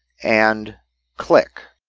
and click.